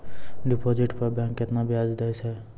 Deposit पर bank केतना ब्याज दै छै?